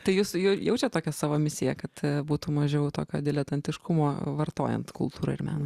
tai jūs jau jaučiat tokią savo misiją kad būtų mažiau tokio diletantiškumo vartojant kultūrą ir meną